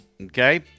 Okay